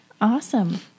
Awesome